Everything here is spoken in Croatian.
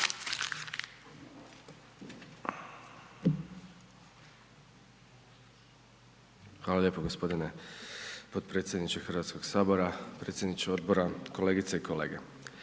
Hvala lijepo g. potpredsjedniče HS. Predsjedniče odbora, kolegice i kolege,